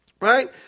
Right